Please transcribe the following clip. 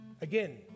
Again